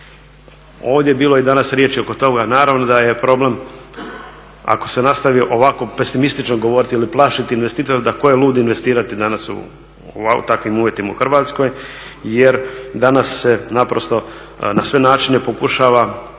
Ovdje je bilo i danas riječi oko toga, naravno da je problem ako se nastavi ovako pesimistično govoriti ili plašiti investitore da tko je lud investirati danas u takvim uvjetima u Hrvatskoj jer danas se naprosto na sve načine pokušava